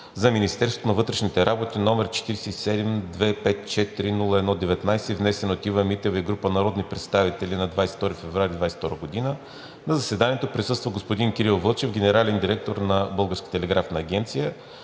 за Министерството на вътрешните работи, № 47-254-01-19, внесен от Ива Митева и група народни представители на 22 февруари 2022 г. На заседанието присъства господин Кирил Вълчев, генерален директор на